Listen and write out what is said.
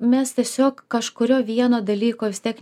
mes tiesiog kažkurio vieno dalyko vis tiek